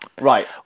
right